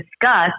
discuss